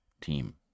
team